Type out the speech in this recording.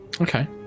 Okay